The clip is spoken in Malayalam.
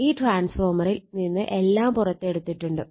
ഈ ട്രാൻസ്ഫോർമറിൽ നിന്ന് എല്ലാം പുറത്തെടുത്തിട്ടുണ്ട്